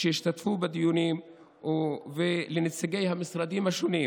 שהשתתפו בדיונים ולנציגי המשרדים השונים,